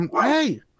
Hey